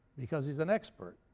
because he's an expert.